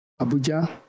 Abuja